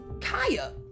Kaya